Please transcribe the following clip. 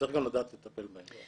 צריך לדעת גם לטפל בהם.